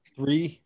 Three